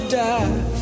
die